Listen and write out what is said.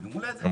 אם זה הבעיה,